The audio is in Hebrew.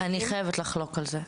--- חברתי --- אני חייבת לחלוק על זה,